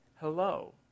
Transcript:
hello